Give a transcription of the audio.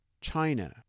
China